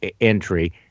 entry